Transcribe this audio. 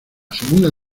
segunda